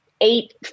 eight